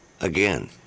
Again